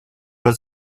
was